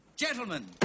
Gentlemen